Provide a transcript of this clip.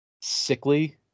sickly